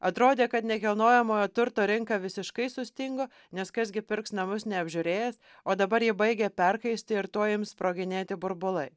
atrodė kad nekilnojamojo turto rinka visiškai sustingo nes kas gi pirks namus neapžiūrėjęs o dabar ji baigia perkaisti ir tuoj ims sproginėti burbulai